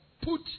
put